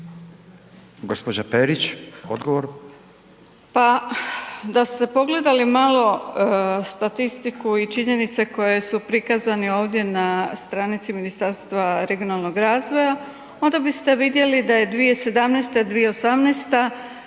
Gospodin Bunjac odgovor.